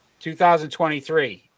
2023